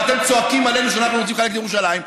ואתם צועקים עלינו שאנחנו רוצים לחלק את ירושלים.